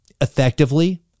effectively